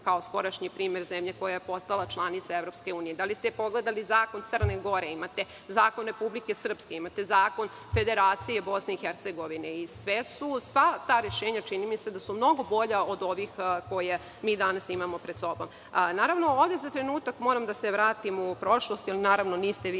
kao skorašnji primer zemlje koja je postala članica EU? Da li ste pogledali zakon Crne Gore, imate zakon Republike Srpske, imate zakon Federacije BiH i sva ta rešenja čini mi se da su mnogo bolja od ovih koja mi danas imamo pred sobom. Ovde za trenutak moram da se vratim u prošlost jer, naravno, niste vi